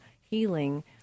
healing